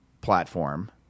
platform